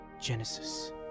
Genesis